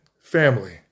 family